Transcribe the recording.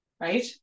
Right